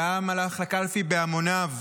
והעם הלך לקלפי בהמוניו.